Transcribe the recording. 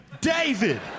David